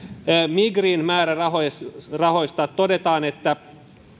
migrin määrärahoista todetaan että